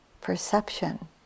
Perception